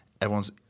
everyone's